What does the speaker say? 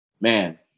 Man